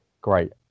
great